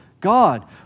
God